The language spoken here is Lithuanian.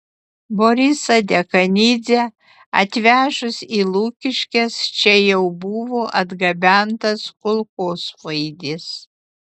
borisą dekanidzę atvežus į lukiškes čia jau buvo atgabentas kulkosvaidis